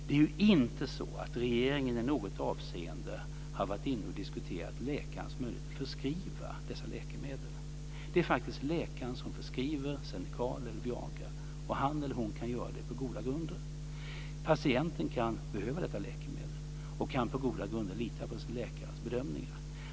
Det är inte så att regeringen i något avseende har varit inne och diskuterat läkarens möjligheter att förskriva dessa läkemedel. Det är faktiskt läkaren som förskriver Xenical eller Viagra, och han eller hon kan göra det på goda grunder. Patienten kan behöva detta läkemedel och kan på goda grunder lita på sin läkares bedömningar.